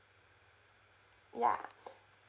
ya